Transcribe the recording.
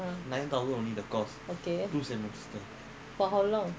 ah okay for how long